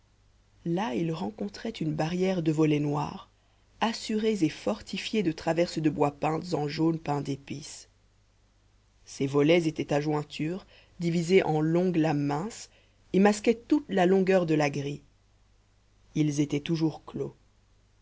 là il rencontrait une barrière de volets noirs assurés et fortifiés de traverses de bois peintes en jaune pain d'épice ces volets étaient à jointures divisés en longues lames minces et masquaient toute la longueur de la grille ils étaient toujours clos